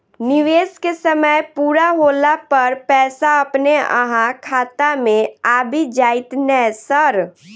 निवेश केँ समय पूरा होला पर पैसा अपने अहाँ खाता मे आबि जाइत नै सर?